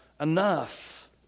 enough